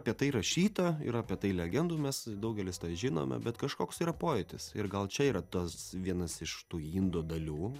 apie tai rašyta ir apie tai legendų mes daugelis žinome bet kažkoks yra pojūtis ir gal čia yra tas vienas iš tų indo dalių